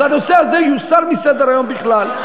אז הנושא הזה יוסר מסדר-היום בכלל.